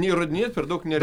įrodinėt per daug nereik